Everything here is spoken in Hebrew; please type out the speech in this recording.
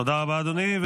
תודה רבה, אדוני.